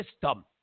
system